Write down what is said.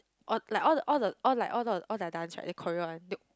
all like all the all the all like all their dance right they choreo one they